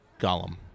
Gollum